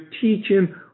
teaching